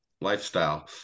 lifestyle